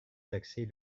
taxer